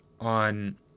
on